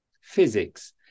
physics